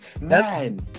man